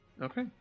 Okay